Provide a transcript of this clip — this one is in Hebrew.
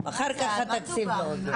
אחר כך התקציב לא עובר.